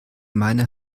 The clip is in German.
meine